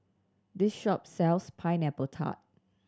this shop sells Pineapple Tart